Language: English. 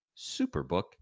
Superbook